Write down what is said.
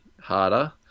harder